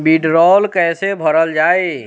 वीडरौल कैसे भरल जाइ?